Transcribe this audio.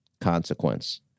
consequence